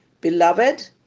Beloved